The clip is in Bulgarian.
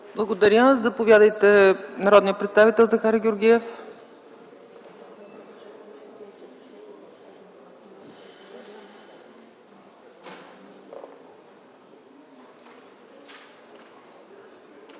Благодаря. Заповядайте – народният представител Захари Георгиев.